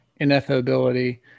ineffability